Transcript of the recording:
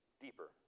deeper